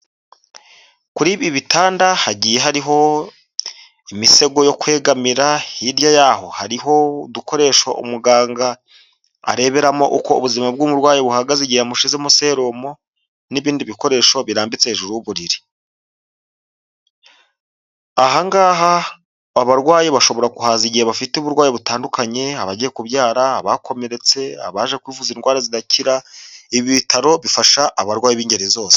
Kuri ibi bitanda hagiye hariho imisego yo kwegamira, hirya yaaho hari udukoresha umuganga areberamo uko ubuzima buhagazemo serumo n'ibindi bikoresho bibitse, hejuru y'ahangaha hari abarwayi bashobora kuha bafite uburwayi butandukanye abagiye kubyara, bakomeretse, abaje kuvuza indwara zidakira; ibitaro bifasha abarwayi b'ingeri zose.